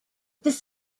this